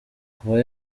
kuva